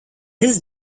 his